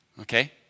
Okay